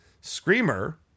Screamer